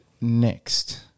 next